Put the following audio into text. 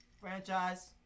Franchise